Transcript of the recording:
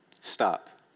Stop